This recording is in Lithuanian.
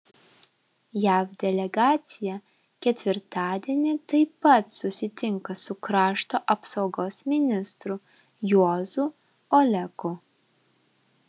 jav delegacija ketvirtadienį taip pat susitinka su krašto apsaugos ministru juozu oleku